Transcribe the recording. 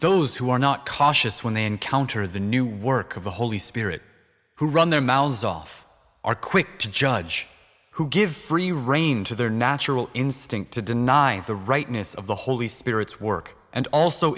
those who are not cautious when they encounter the new work of the holy spirit who run their mouths off are quick to judge who give free rein to their natural instinct to deny the rightness of the holy spirit's work and also